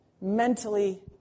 mentally